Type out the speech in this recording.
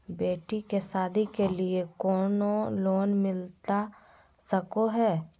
बेटी के सादी के लिए कोनो लोन मिलता सको है?